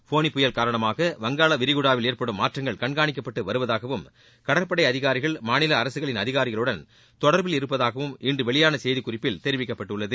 ஃபோனி புயல் காரணமாக வங்காள விரிகுடாவில் ஏற்படும் மாற்றங்கள் கண்காணிக்கப்பட்டு வருவதாகவும் கடற்படை அதிகாரிகள் மாநில அரசுகளின் அதிகாரிகளுடன் தொடர்பில் இருப்பதாகவும் இன்று வெளியான செய்திக்குறிப்பில் தெரிவிக்கப்பட்டுள்ளது